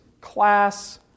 class